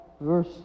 verse